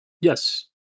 Yes